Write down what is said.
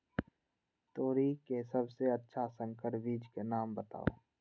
तोरी के सबसे अच्छा संकर बीज के नाम बताऊ?